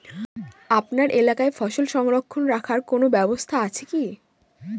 আপনার এলাকায় ফসল সংরক্ষণ রাখার কোন ব্যাবস্থা আছে কি?